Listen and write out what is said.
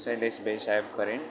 શૈલેષભઈ સાહેબ કરીને